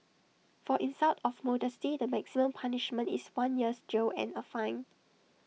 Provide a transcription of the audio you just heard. for insult of modesty the maximum punishment is one year's jail and A fine